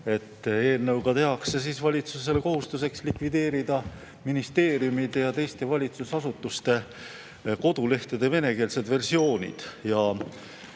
Eelnõuga tehakse valitsusele kohustuseks likvideerida ministeeriumide ja teiste valitsusasutuste kodulehtede venekeelsed versioonid.